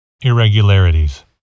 Irregularities